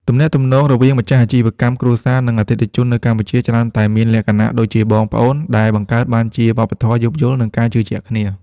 ទំនាក់ទំនងរវាងម្ចាស់អាជីវកម្មគ្រួសារ និងអតិថិជននៅកម្ពុជា ច្រើនតែមានលក្ខណៈដូចជាបងប្អូន ដែលបង្កើតបានជាវប្បធម៌យោគយល់ និងការជឿជាក់គ្នា។